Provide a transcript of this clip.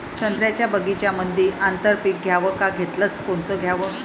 संत्र्याच्या बगीच्यामंदी आंतर पीक घ्याव का घेतलं च कोनचं घ्याव?